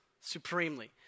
supremely